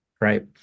right